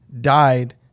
died